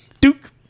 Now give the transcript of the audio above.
Duke